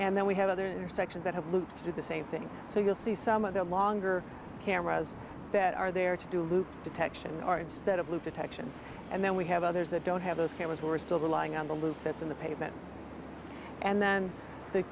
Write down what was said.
and then we have other intersections that have loops to do the same thing so you'll see some of the longer cameras that are there to do loop detection or instead of loop detection and then we have others that don't have those cameras were still relying on the loop that's in the pavement and then the